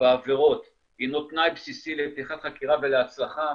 בעבירות הינו תנאי בסיסי לפתיחת חקירה ולהצלחה,